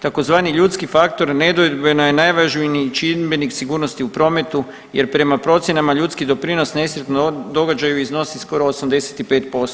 Tzv. ljudski faktor nedvojbeno je najvažniji čimbenik sigurnosti u prometu, jer prema procjenama ljudski doprinos o nesretnom događaju iznosi skoro 85%